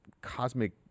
cosmic